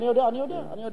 אני יודע, אני יודע.